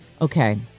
Okay